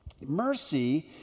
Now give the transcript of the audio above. Mercy